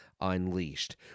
unleashed